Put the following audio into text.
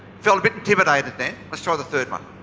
felt a bit intimidated there. let's try the third one.